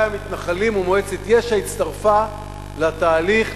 המתנחלים ומועצת יש"ע הצטרפו לתהליך,